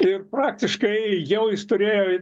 ir praktiškai jau jis turėjo